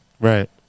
Right